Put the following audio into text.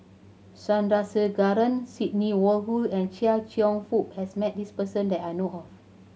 Sandrasegaran Sidney Woodhull and Chia Cheong Fook has met this person that I know of